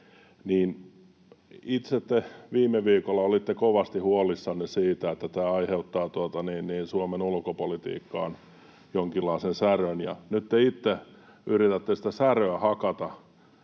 viime viikolla olitte kovasti huolissanne siitä, että tämä aiheuttaa Suomen ulkopolitiikkaan jonkinlaisen särön, ja nyt te itse yritätte sitä säröä hakata